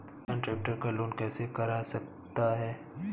किसान ट्रैक्टर का लोन कैसे करा सकता है?